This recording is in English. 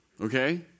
Okay